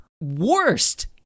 worst